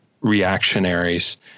reactionaries